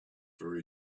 for